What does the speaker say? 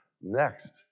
Next